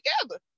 together